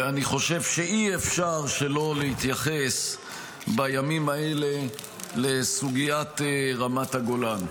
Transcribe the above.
ואני חושב שאי-אפשר לא להתייחס בימים האלה לסוגית רמת הגולן.